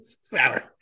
Sour